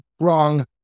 wrong